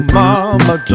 mama